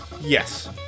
Yes